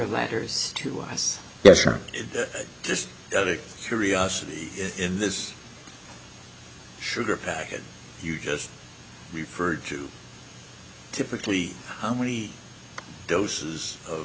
letters to us yes or just curiosity in this sugar packet you just referred to typically how many doses of